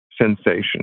sensation